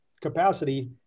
capacity